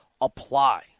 apply